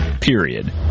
Period